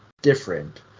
different